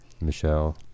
Michelle